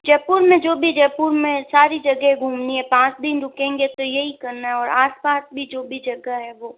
जयपुर में जो भी जयपुर में सारी जगह घुमनी है पाँच दिन रुकेंगे तो यही करना है और आसपास भी जो भी जगह है वो